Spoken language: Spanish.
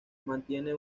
mantiene